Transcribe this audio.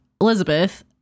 Elizabeth